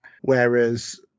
Whereas